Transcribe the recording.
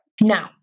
now